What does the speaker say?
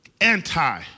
anti